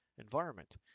environment